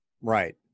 Right